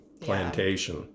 plantation